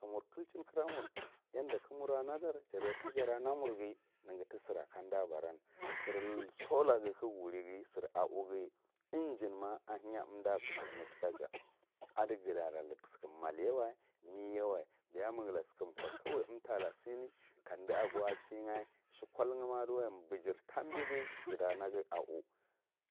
Ka mur kliching kara mur yanɗa ka mura naɗara jarye ka jar ana mur ghi nege tisira kam umɗa a bar an sira sola ka ngha wuri gheh siru au kgeh ingenma a heya unɗa khuthuring toka ja aɗi gatala sikum maɗyewa me yewa biya ma ngaha sikum ko umtala sine kamɗu agaw a kiyga shikol ugha ma aɗuwai biyar tambighi jata naghe a u